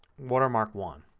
watermark one.